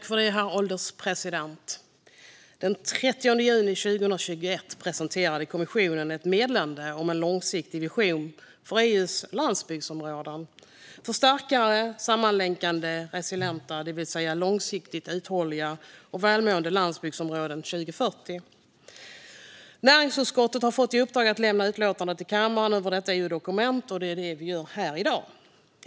Herr ålderspresident! Den 30 juni 2021 presenterade kommissionen meddelandet En långsiktig vision för EU:s landsbygdsområden - för starkare, sammanlänkade, resilienta - det vill säga långsiktigt uthålliga - och välmående landsbygdsområden 2040 . Näringsutskottet har fått i uppdrag att lämna ett utlåtande till kammaren över detta EU-dokument, och det är det vi gör här i dag.